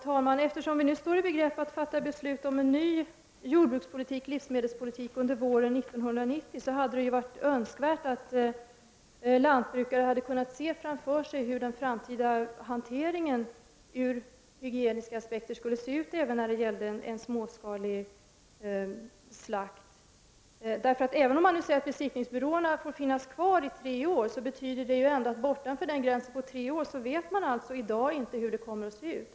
Herr talman! Eftersom vi nu står i begrepp att under våren 1990 besluta om en ny jordbrukspolitik och livsmedelspolitik, hade det varit önskvärt att lantbrukare hade kunnat se framför sig hur den framtida hanteringen ur hygienisk aspekt skall se ut även när det gäller småskalig slakt. Även om man nu säger att besiktningsbyråerna får finnas kvar i tre år, betyder det ändå att man bortom gränsen på tre år alltså i dag inte vet hur det kommer att se ut.